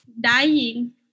dying